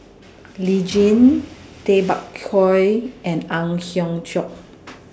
Lee Tjin Tay Bak Koi and Ang Hiong Chiok